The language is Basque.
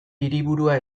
hiriburua